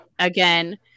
again